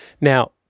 Now